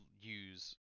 use